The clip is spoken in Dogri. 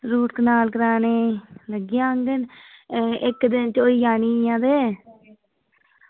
रूट कनाल कराने ई लग्गे जंदे न इक दिन ते होई जानी ऐ ते